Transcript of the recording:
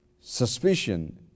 suspicion